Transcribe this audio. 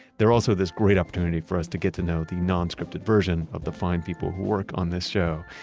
they're also this great opportunity for us to get to know the non-scripted version of the fine people who work on this show,